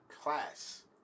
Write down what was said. class